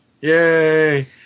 Yay